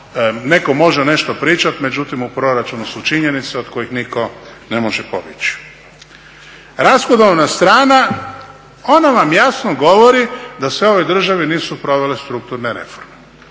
Netko može nešto pričati, međutim u proračunu su činjenice od kojih nitko ne može pobjeći. Rashodovna strana, ona vam jasno govori da … nisu provele strukturne reforme